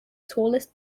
tallest